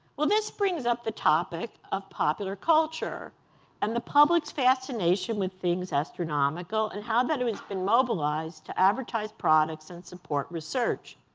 well, this brings up the topic of popular culture and the public's fascination with things astronomical and how that has been mobilized to advertise products and support research.